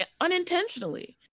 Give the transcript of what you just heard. unintentionally